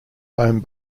home